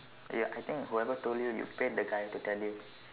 ya I think whoever told you you pay the guy who tell you